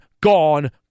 gone